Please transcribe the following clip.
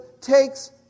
takes